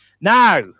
Now